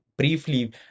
briefly